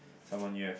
someone you have